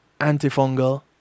antifungal